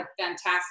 fantastic